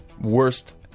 worst